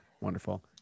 Wonderful